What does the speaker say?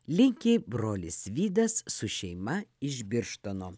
linki brolis vydas su šeima iš birštono